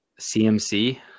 CMC